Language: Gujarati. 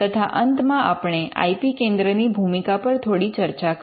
તથા અંતમાં આપણે આઇ પી કેન્દ્રની ભૂમિકા પર થોડી ચર્ચા કરી